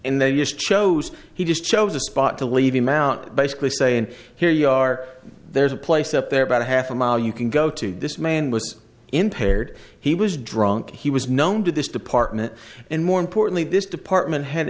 and they just chose he just chose a spot to leave him out basically saying here you are there's a place up there about a half a mile you can go to this man was impaired he was drunk he was known to this department and more importantly this department had